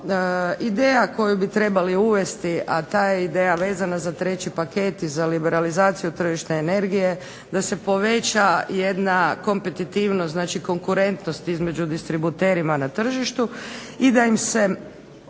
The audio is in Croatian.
ideja koju bi trebali uvesti a ta je ideja vezana za treći paket i za liberalizaciju tržišta energije, da se poveća jedna kompetitivnost i konkurentnost između distributerima na tržištu i da im se